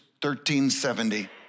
1370